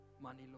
money